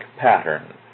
pattern